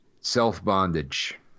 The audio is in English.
Self-bondage